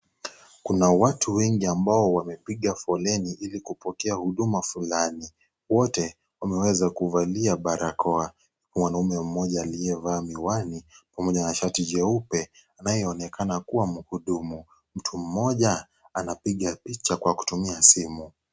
Kuna watu wengi ambao wamepiga foleni ili kupokea huduma fulani wote wameweza kuvalia barakoa mwanaume mmoja aliyevaa miwani pamoja na shati jeupe anayeonekana kuwa mhudumu mtu mmoja anapiga picha Kwa kutumia simu.